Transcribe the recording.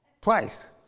Twice